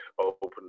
open